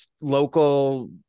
local